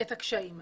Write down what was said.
את הקשיים האלה.